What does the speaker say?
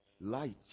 Light